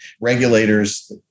Regulators